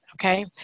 okay